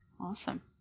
Awesome